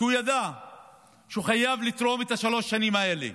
כי הוא ידע שהוא חייב לתרום את שלוש השנים האלה,